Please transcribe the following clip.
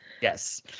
Yes